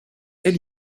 elle